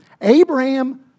Abraham